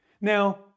Now